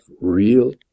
real